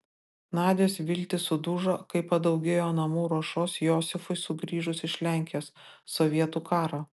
nadios viltys sudužo kai padaugėjo namų ruošos josifui sugrįžus iš lenkijos sovietų karo